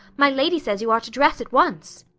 my lady says you are to dress at once.